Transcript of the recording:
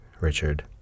Richard